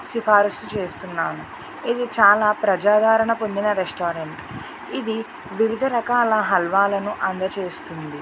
సిఫార్సు చేస్తున్నాను ఇది చాలా ప్రజాదరణ పొందిన రెస్టారెంట్ ఇది వివిధ రకాల హల్వాలను అందచేస్తోంది